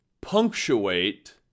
punctuate